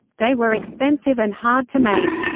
they were expensive and hard to make.